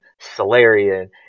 Salarian